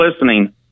listening